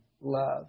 love